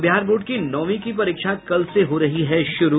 और बिहार बोर्ड की नौवीं की परीक्षा कल से हो रही है शुरू